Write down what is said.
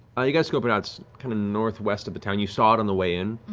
you guys scope it out, it's kind of northwest of the town, you saw it on the way in,